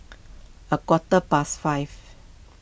a quarter past five